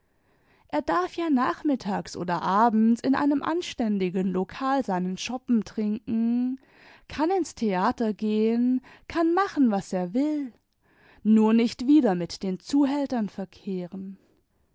er darf ja nachmittags oder abends in einem anständigen lokal seinen schoppen trinken kann ins theater gehen kann machen was er will nur nicht wieder mit den zuhältern verkehren